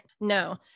no